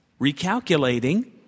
recalculating